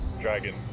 dragon